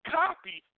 copy